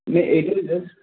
নহয় এইটো জাষ্ট